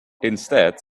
instead